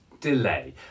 delay